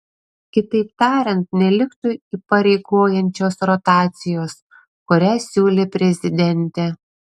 kitaip tariant neliktų įpareigojančios rotacijos kurią siūlė prezidentė